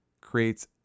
Creates